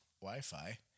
Wi-Fi